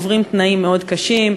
עוברים תנאים מאוד קשים.